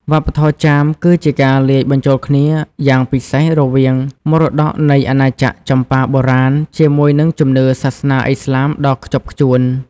វប្បធម៌ចាមគឺជាការលាយបញ្ចូលគ្នាយ៉ាងពិសេសរវាងមរតកនៃអាណាចក្រចម្ប៉ាបុរាណ ជាមួយនឹងជំនឿសាសនាឥស្លាមដ៏ខ្ជាប់ខ្ជួន។